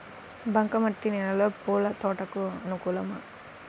బంక మట్టి నేలలో పూల తోటలకు అనుకూలమా?